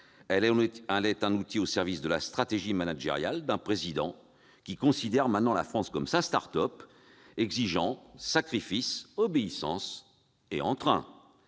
Elle est un outil au service de la stratégie managériale d'un Président qui considère la France comme sa start-up, exigeant sacrifices, obéissance et entrain